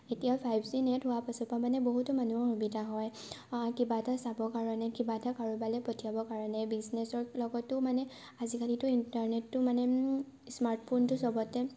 এতিয়া five G net হোৱা পাছৰ পৰা মানে বহুতো মানুহৰ সুবিধা হয় কিবা এটা চাবৰ কাৰণে কিবা এটা কাৰোবালৈ পঠিয়াবৰ কাৰণে বিজনেছৰ লগতো মানে আজিকালিতো ইণ্টাৰনেটটো মানে স্মাৰ্টফোনটো চবতে